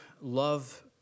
love